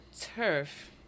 turf